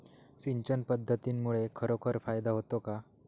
सिंचन पद्धतीमुळे खरोखर फायदा होतो का?